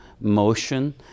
motion